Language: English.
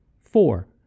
Four